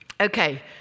Okay